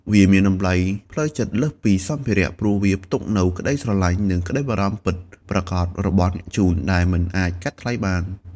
វាមានតម្លៃផ្លូវចិត្តលើសពីសម្ភារៈ ព្រោះវាផ្ទុកនូវក្ដីស្រឡាញ់ និងក្ដីបារម្ភពិតប្រាកដរបស់អ្នកជូន ដែលមិនអាចកាត់ថ្លៃបាន។